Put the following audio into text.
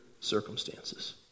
circumstances